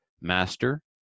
Master